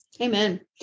Amen